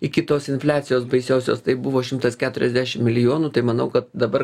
iki tos infliacijos baisiosios tai buvo šimtas keturiasdešim milijonų tai manau kad dabar